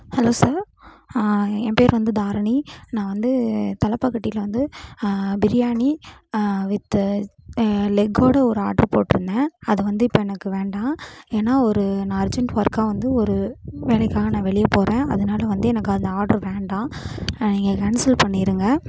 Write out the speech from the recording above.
hello sir என் பேர் வந்து தாரணி நான் வந்து தலப்பாக்கட்டியில வந்து பிரியாணி வித்து லெக்கோட ஒரு ஆர்டரு போட்டிருந்தேன் அது வந்து இப்போ எனக்கு வேண்டாம் ஏன்னா ஒரு நா அர்ஜென்ட் ஒர்க்காக வந்து ஒரு வேலைக்காக நான் வெளியே போகிறேன் அதனால் வந்து எனக்கு அந்த ஆர்டரு வேண்டாம் நீங்கள் கேன்சல் பண்ணிடுங்க